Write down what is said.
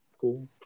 Cool